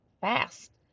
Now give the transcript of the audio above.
fast